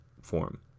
form